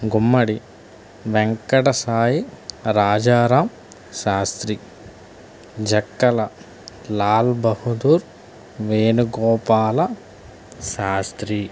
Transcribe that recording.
Gummadi Venkatasai Rajaram Shastri Jakkala Lal Bahadur Venugopala Sastry